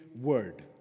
Word